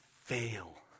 fail